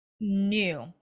new